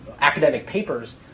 academic papers.